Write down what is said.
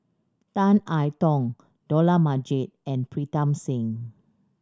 Tan I Tong Dollah Majid and Pritam Singh